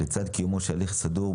לצד קיומו של הליך סדור,